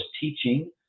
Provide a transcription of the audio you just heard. teaching